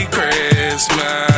Christmas